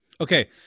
Okay